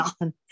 on